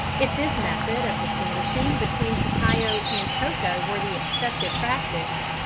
if this method of distinguishing between cacao and cocoa were the accepted practice,